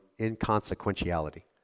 inconsequentiality